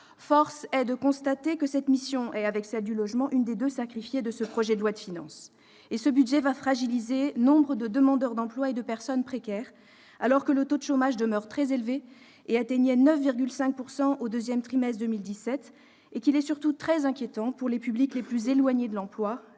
force est de constater que cette mission est, avec celle qui réunit les crédits du logement, l'une des deux sacrifiées du projet de loi de finances pour 2018. Ce budget va fragiliser nombre de demandeurs d'emploi et de personnes précaires, alors que le taux de chômage demeure très élevé- il atteignait 9,5 % au deuxième trimestre 2017 -et qu'il est surtout très inquiétant pour les publics les plus éloignés de l'emploi,